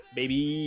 baby